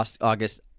August